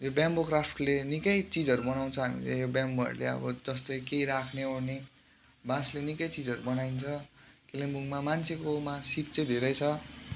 यो बेम्बो क्राफ्टले निकै चिजहरू बनाउँछ हामीले यो बेम्बोहरूले अब जस्तै के राख्ने ओर्ने बाँसले निकै चिजहरू बनाइन्छ कालिम्पोङमा मान्छेको मा सिप चाहिँ धेरै छ